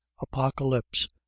apocalypse